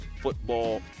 football